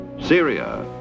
Syria